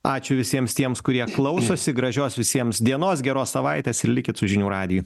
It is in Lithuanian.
ačiū visiems tiems kurie klausosi gražios visiems dienos geros savaitės ir likit su žinių radiju